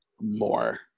more